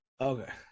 Okay